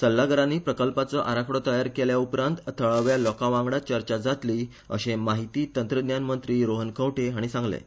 सल्लागारांनी प्रकल्पाचो आराखडो तयार केल्या उपरांत थळाव्या लोकांवांगडा चर्चा जातली अशें माहिती तंत्रज्ञान मंत्री रोहन खंवटे हांणी सांगलें